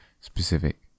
specific